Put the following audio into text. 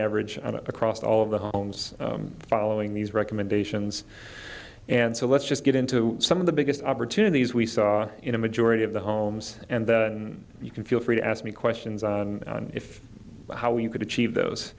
average across all of the homes following these recommendations and so let's just get into some of the biggest opportunities we saw in a majority of the homes and then you can feel free to ask me questions on if how you could achieve those